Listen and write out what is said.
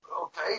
Okay